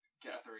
gathering